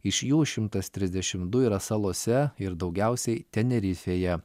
iš jų šimtas trisdešim du yra salose ir daugiausiai tenerifėje